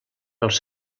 els